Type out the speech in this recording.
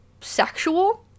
sexual